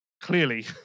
Clearly